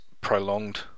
prolonged